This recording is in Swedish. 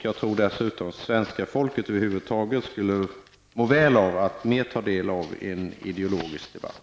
Jag tror att svenska folket över huvud taget skulle må väl av att mer ta del av en ideologisk debatt.